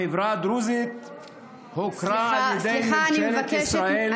החברה הדרוזית הוכרה על ידי ממשלת ישראל סליחה,